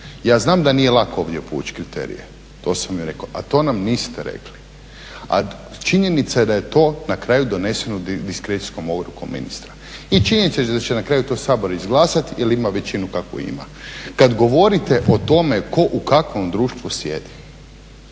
Ja znam da nije lako ovdje povući kriterije, to sam i rekao, a to nam niste rekli. A činjenica je da je to na kraju doneseno diskrecijskom odlukom ministra. I činjenica je da će na kraju to Sabor izglasat jer ima većinu kakvu ima. Kad govorite o tome ko u kakvom društvu sjedi,